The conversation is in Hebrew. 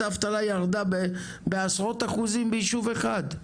האבטלה ירדה בעשרות אחוזים ביישוב אחד.